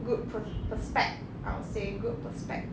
good pros~ prospect I would say good prospect